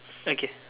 okay